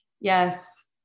Yes